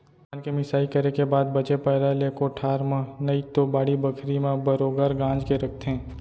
धान के मिंसाई करे के बाद बचे पैरा ले कोठार म नइतो बाड़ी बखरी म बरोगर गांज के रखथें